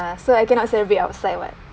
so I cannot celebrate outside [what]